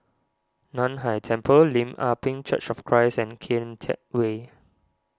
Nan Hai Temple Lim Ah Pin Church of Christ and Kian Teck Way